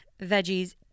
veggies